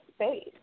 space